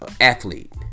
athlete